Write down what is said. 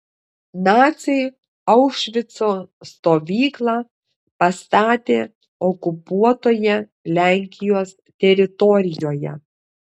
naciai aušvico stovyklą pastatė okupuotoje lenkijos teritorijoje